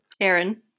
Aaron